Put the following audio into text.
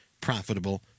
profitable